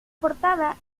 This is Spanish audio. portada